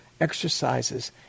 exercises